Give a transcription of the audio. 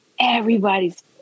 everybody's